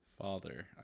father